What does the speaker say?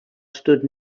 stood